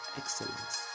excellence